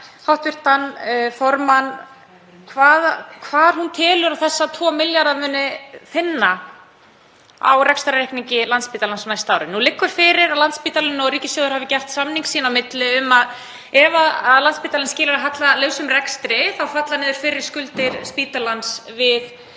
hv. formann hvar hún telur þessa 2 milljarða muni vera að finna á rekstrarreikningi Landspítalans næstu árin. Nú liggur fyrir að Landspítalinn og ríkissjóður hafa gert samning sín á milli um að ef Landspítalinn skilar hallalausum rekstri þá falli niður fyrri skuldir spítalans við